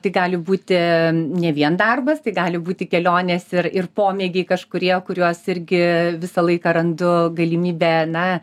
tai gali būti ne vien darbas tai gali būti kelionės ir ir pomėgiai kažkurie kuriuos irgi visą laiką randu galimybę na